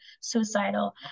suicidal